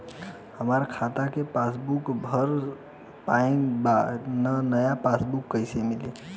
हमार खाता के पासबूक भर गएल बा त नया पासबूक कइसे मिली?